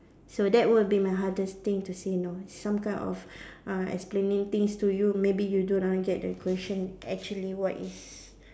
so that will be my hardest thing to say no some kind of uh explaining things to you maybe you do not get the question actually what is